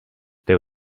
there